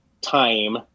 time